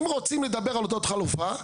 אם רוצים לדבר על אותה חלופה,